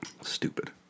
Stupid